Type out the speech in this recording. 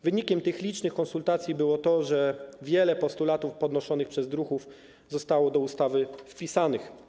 Wynikiem tych licznych konsultacji było to, że wiele postulatów podnoszonych przez druhów zostało do ustawy wpisanych.